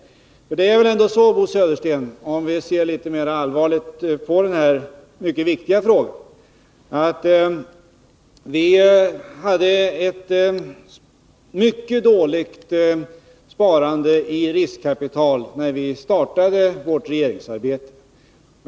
För det är väl ändå så, Bo Södersten, om man ser mera allvarligt på den här mycket viktiga frågan, att sparandet i riskkapital var mycket dåligt när vi startade vårt regeringsarbete.